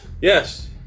Yes